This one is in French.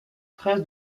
treize